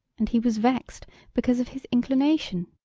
and he was vexed because of his inclination.